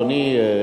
אדוני,